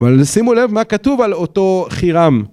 אבל שימו לב מה כתוב על אותו חירם.